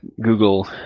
Google